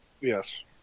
Yes